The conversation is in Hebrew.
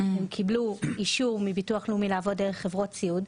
הם קיבלו אישור מביטוח לאומי לעבוד דרך חברות סיעוד,